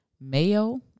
Mayo